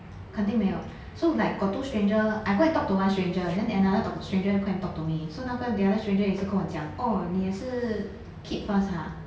肯定没有 so like got two stranger I go and talk to one stranger and then another stranger go and talk to me so 那个 the other stranger 也是跟我讲 oh 你也是 keep first ha